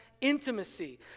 intimacy